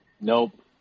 Nope